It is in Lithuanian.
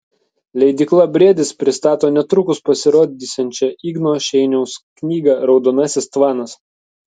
leidykla briedis pristato netrukus pasirodysiančią igno šeiniaus knygą raudonasis tvanas